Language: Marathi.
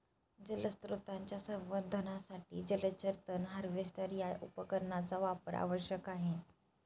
जलस्रोतांच्या संवर्धनासाठी जलचर तण हार्वेस्टर या उपकरणाचा वापर आवश्यक आहे